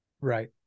right